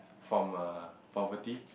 from err poverty